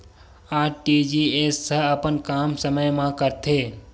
RTGS ह अपन काम समय मा करथे?